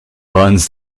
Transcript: burns